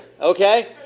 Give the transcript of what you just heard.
okay